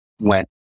went